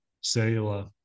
cellular